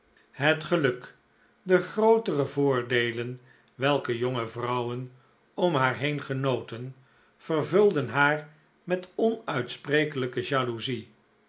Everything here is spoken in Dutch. het geluk de grootere voordeelen welke jonge vrouwen om haar heen genoten vervulden haar met onuitsprekelijke jaloezie